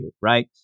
right